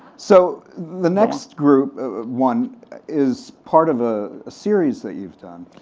so the next group one is part of ah series that you've done.